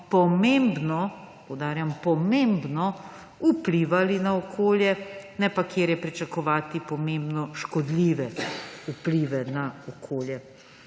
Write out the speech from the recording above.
pomembno, poudarjam, pomembno vplivali na okolje, ne pa, kjer je pričakovati pomembno škodljive vplive na okolje.